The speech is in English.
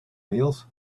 nails